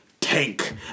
tank